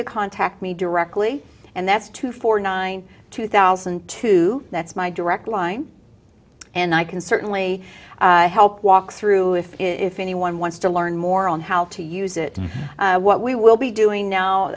to contact me directly and that's two four nine two thousand two that's my direct line and i can certainly help walk through it if anyone wants to learn more on how to use it what we will be doing